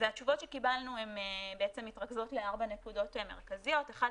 והתשובות שקיבלנו הן בעצם מתרכזות לארבע נקודות מרכזיות: אחת,